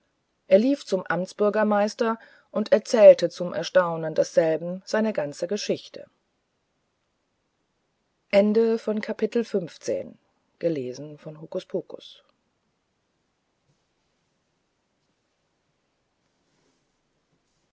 er lief zum amtsbürgermeister und erzählte zum erstaunen desselben seine ganze geschichte